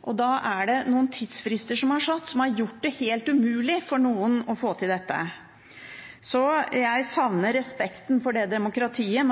og da er det noen tidsfrister som er satt, som har gjort det helt umulig for noen å få til dette. Jeg savner respekten for det demokratiet